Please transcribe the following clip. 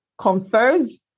confers